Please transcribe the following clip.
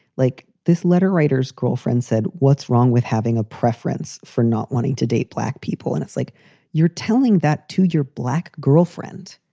like this letter writers girlfriend said, what's wrong with having a preference for not wanting to date black people? and it's like you're telling that to your black girlfriend.